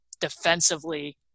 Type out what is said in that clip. defensively